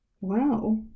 Wow